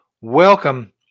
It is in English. Welcome